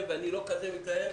שנית,